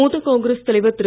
மூத்த காங்கிரஸ் தலைவர் திரு